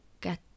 get